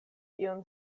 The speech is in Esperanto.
ion